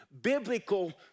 biblical